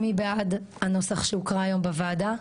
מי בעד הנוסח שהוקרא היום בוועדה?